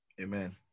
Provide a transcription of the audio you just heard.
amen